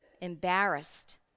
embarrassed